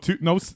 no